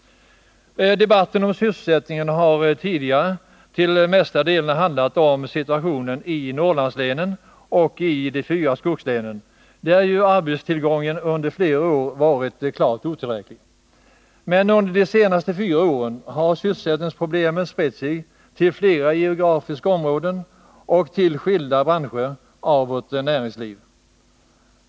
Debatten om sysselsättningen har tidigare till största delen handlat om situationen i Norrlandslänen och i de fyra skogslänen, där ju arbetstillgången under flera år varit klart otillräcklig. Men under de senaste fyra åren har sysselsättningsproblemen spritt sig till andra geografiska områden och till skilda branscher inom vårt näringsliv.